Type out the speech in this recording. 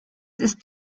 ist